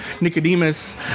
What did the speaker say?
Nicodemus